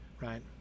right